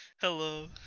Hello